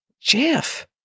Jeff